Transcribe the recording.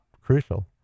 crucial